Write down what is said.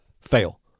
fail